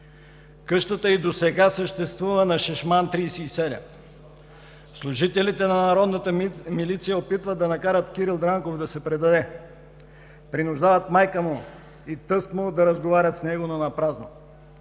Къщата и досега съществува на „Шишман“ № 37. Служителите на Народната милиция опитват да накарат Кирил Дрангов да се предаде. Принуждават майка му и тъст му да разговарят с него, но напразно.